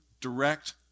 direct